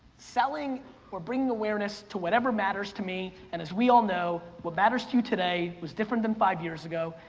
selling or bringing awareness to whatever matters to me, and as we all know, what matters to you today was different than five years ago,